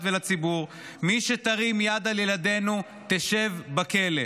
ולציבור: מי שתרים יד על ילדינו תשב בכלא,